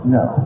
no